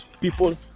people